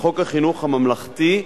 לחוק החינוך הממלכתי,